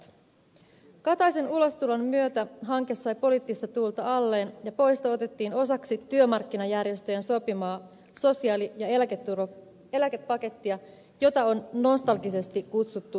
valtiovarainministeri kataisen ulostulon myötä hanke sai poliittista tuulta alleen ja poisto otettiin osaksi työmarkkinajärjestöjen sopimaa sosiaali ja eläkepakettia jota on nostalgisesti kutsuttu sosiaalitupoksi